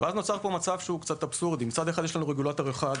ואז נוצר פה מצב שהוא קצת אבסורדי: מצד אחד יש לנו רגולטור אחד,